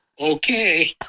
Okay